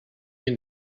can